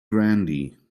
grandee